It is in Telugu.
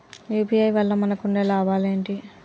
యూ.పీ.ఐ వల్ల మనకు ఉండే లాభాలు ఏంటి?